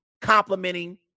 complimenting